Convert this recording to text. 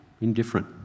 indifferent